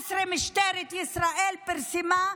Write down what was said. ואומרת: תיכנסו בארגוני הפשיעה,